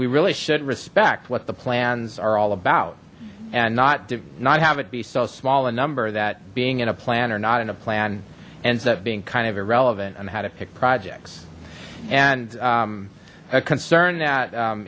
we really should respect what the plans are all about and not do not have it be so small a number that being in a plan or not in a plan ends up being kind of irrelevant on how to pick projects and a concern that